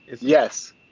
Yes